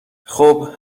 خوب